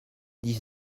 dix